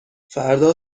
فردا